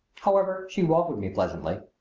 however, she welcomed me pleasantly.